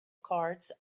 cards